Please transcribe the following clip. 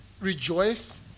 rejoice